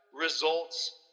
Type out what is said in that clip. Results